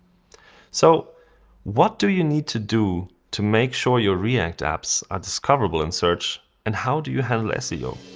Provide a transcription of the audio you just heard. so what do you need to do to make sure your react apps are discoverable in search, and how do you handle ah seo?